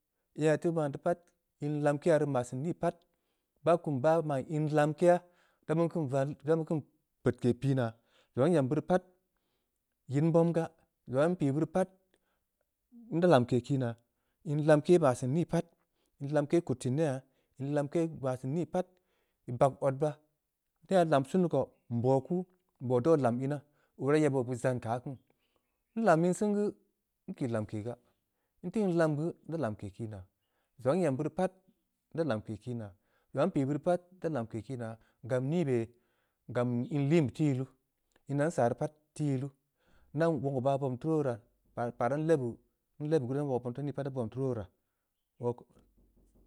Ina ii teu baan deu pat, in lamke ya rii maa seun nii pat, baa kum baa man in lamkeyaa. da mu keun-da mu keun val, da beun keun peudke piinaa, zong aah nyem beuri pat, nyid nbom gaa, zong aah npii beurii pat, nda lamke kiinaa, in lamke maa seun nii pat, in lamke kud seun neyha, in lamke maa seun nii pat, ii bag od baa. neyha lam sen dii koo, nbai kuu, nbauw da oo lam ina, ooo raa yeb oo beud zan keu aah kiin, n lam in seh nkii lamke gaa, nteu in lam guu, nda lamke kiinaa, zong aah nyem beurii geu pat, nda lamke kiinaa, zong aah npii beuri pat ndaa lamke kiinaa. nii bei? Gam in liin teu yiluu, inaa nsaa rii pat, teu yiluu, nda wogu baa bobn tu tuu wora. paa pa nda lebu geu, nlebeu geu ndaun wogu nii pat bobn tuu ruu woraoo ko.